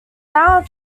now